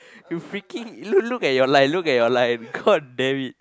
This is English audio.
you freaking you look at your line look at your line god damn it